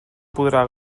podrà